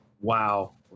wow